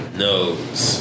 knows